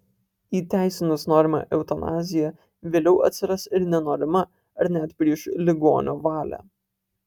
įteisinus norimą eutanaziją vėliau atsiras ir nenorima ar net prieš ligonio valią